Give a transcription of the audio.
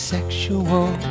Sexual